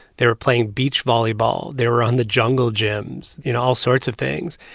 they were playing beach volleyball. they were on the jungle gyms you know, all sorts of things.